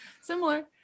Similar